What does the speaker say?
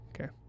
Okay